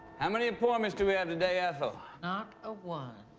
how many appointments do we have today, ethel? not a one.